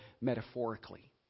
metaphorically